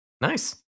nice